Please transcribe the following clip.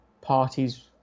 parties